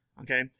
Okay